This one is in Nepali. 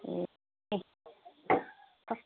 ए कस्